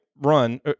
run